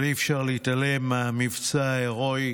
אבל אי-אפשר להתעלם מהמבצע ההירואי